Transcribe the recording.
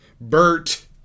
Bert